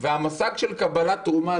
והמושג של קבלת תרומה,